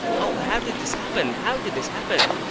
o, how did this happen, how did this happen?